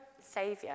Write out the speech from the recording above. saviour